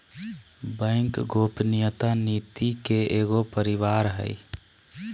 bank गोपनीयता नीति के एगो परिवार हइ